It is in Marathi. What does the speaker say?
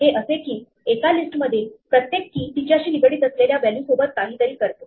हे असे की एका लिस्टमधील प्रत्येक key तिच्याशी निगडीत असलेल्या व्हॅल्यू सोबत काहीतरी करते